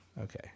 Okay